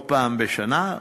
לא פעם אחת בשנה.